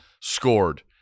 scored